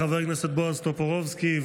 חבר הכנסת בועז טופורובסקי.